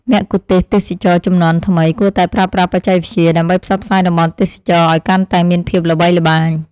មគ្គុទ្ទេសក៍ទេសចរណ៍ជំនាន់ថ្មីគួរតែប្រើប្រាស់បច្ចេកវិទ្យា ដើម្បីផ្សព្វផ្សាយតំបន់ទេសចរណ៍ឱ្យកាន់តែមានភាពល្បីល្បាញ។